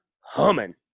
humming